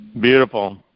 Beautiful